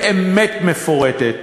באמת מפורטת,